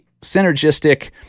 synergistic